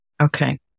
Okay